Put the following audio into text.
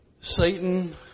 Satan